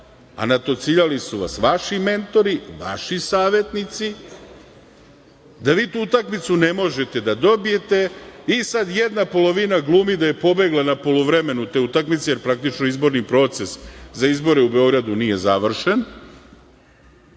a natociljali su vas vaši mentori, vaši savetnici, da vi tu utakmicu ne možete da dobijete i sad jedna polovina glumi da je pobegla na poluvremenu te utakmice, jer praktično izborni proces za izbore u Beogradu nije završen,